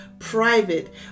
private